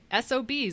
SOBs